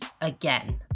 again